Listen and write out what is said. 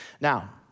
Now